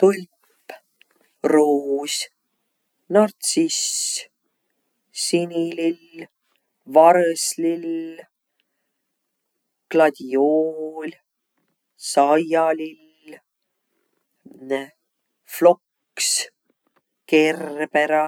Tulp, ruus, nartsiss, sinilill, varõslill, gladiool, saialill, floks, gerbera,